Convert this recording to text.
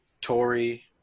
Tory